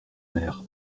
mer